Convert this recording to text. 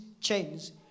chains